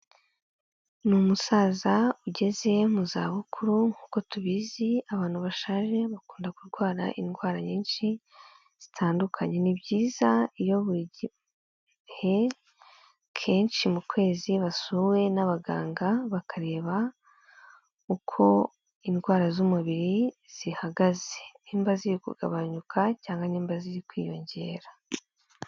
Ni umusaza ugeze mu za bukuru nk'uko tubizi abantu bashaje bakunda kurwara indwara nyinshi zitandukanye, ni byiza iyo buri gihehe kenshi mu kwezi basuwe n'abaganga bakareba uko indwara z'umubiri zihagaze nimba ziri kugabanyuka cyangwa nimba ziri kwiyongera.